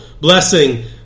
blessing